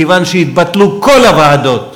מכיוון שהתבטלו כל הוועדות,